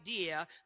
idea